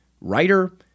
writer